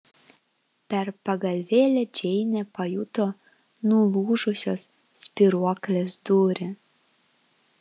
per pagalvėlę džeinė pajuto nulūžusios spyruoklės dūrį